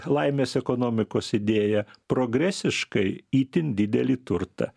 laimės ekonomikos idėja progresiškai itin didelį turtą